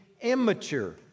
immature